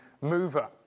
mover